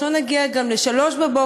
שלא נגיע גם ל-03:00.